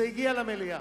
זה הגיע למליאה,